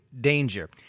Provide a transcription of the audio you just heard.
danger